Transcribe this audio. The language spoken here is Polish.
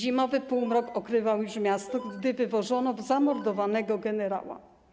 Zimowy półmrok okrywał już miasto, gdy wywożono zamordowanego generała.